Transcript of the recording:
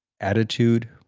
attitude